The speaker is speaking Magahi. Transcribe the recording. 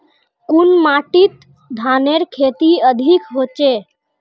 कुन माटित धानेर खेती अधिक होचे?